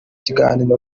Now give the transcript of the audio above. kiganiro